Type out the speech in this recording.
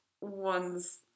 ones